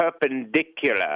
perpendicular